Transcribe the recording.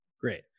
Great